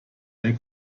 ein